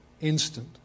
instant